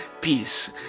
peace